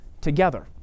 together